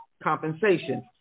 compensation